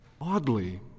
Oddly